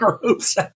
groups